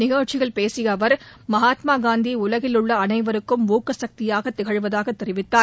நிகழ்ச்சியில் பேசிய அவர் மகாத்மா காந்தி உலகில் உள்ள அனைவருக்கும் ஊக்கக்தியாக திகழ்வதாக தெரிவித்தார்